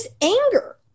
anger